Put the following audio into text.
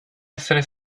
essere